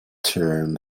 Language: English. term